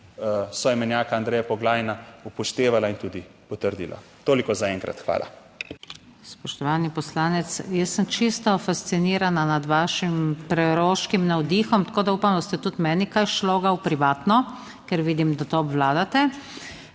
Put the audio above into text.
soimenjaka Andreja Poglajna, upoštevala in tudi potrdila. Toliko za enkrat. Hvala. **PODPREDSEDNICA NATAŠA SUKIČ:** Spoštovani poslanec, jaz sem čisto fascinirana nad vašim preroškim navdihom, tako da upam, da boste tudi meni kaj šlogal v privatno, ker vidim, da to obvladate.